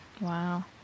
Wow